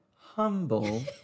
humble